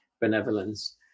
benevolence